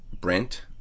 Brent